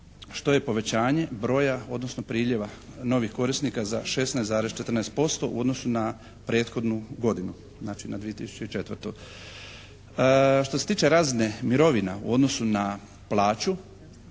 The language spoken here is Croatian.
što je povećanje broja odnosno priljeva novih korisnika za 16,14% u odnosu na prethodnu godinu. Znači na 2004. Što se tiče razine mirovina u odnosu na plaću